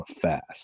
fast